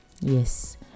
yes